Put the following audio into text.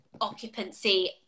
occupancy